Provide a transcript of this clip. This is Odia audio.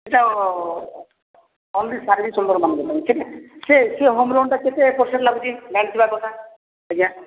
ଏଇଟା ଓନ୍ଲି ସର୍ଭିସ୍ ହୋଲଡର ମାନଙ୍କ ପାଇଁ ସେ ହୋମ ଲୋନଟା କେତେ ପର୍ସେଣ୍ଟ ଲାଗୁଛି ଜାଣିଥିବା କଥା ଆଜ୍ଞା